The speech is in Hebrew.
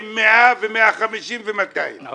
לא